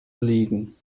liegen